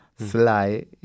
Sly